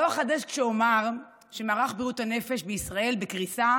לא אחדש כשאומר שמערך בריאות הנפש בישראל בקריסה